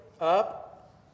up